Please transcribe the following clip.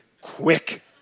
quick